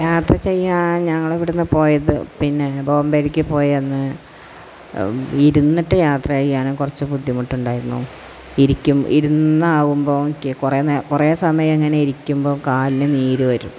യാത്ര ചെയ്യാൻ ഞങ്ങൾ ഇവിടെ നിന്ന് പോയത് പിന്നേ ബോബേയിലേക്ക് പോയ അന്ന് ഇരുന്നിട്ട് യാത്ര ചെയ്യാനും കുറച്ച് ബുദ്ധിമുട്ടുണ്ടായിരുന്നു ഇരിക്കും ഇരുന്നാകുമ്പോൾ നിൽക്കും കുറേ നേരം കുറേ സമയം ഇങ്ങനെ ഇരിക്കുമ്പോൾ ഇങ്ങനെ കാലിന് നീര് വരും